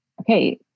okay